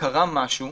קרה משהו.